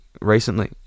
recently